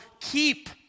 keep